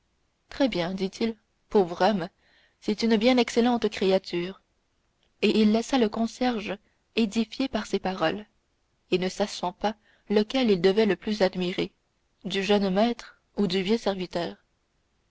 très bien dit-il pauvre homme c'est une bien excellente créature et il laissa le concierge édifié par ces paroles et ne sachant pas lequel il devait le plus admirer du jeune maître ou du vieux serviteur